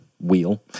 wheel